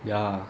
ya